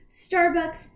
Starbucks